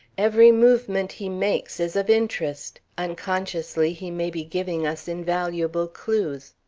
every movement he makes is of interest. unconsciously he may be giving us invaluable clews.